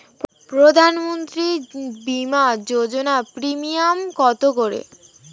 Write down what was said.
প্রধানমন্ত্রী বিমা যোজনা প্রিমিয়াম কত করে?